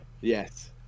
Yes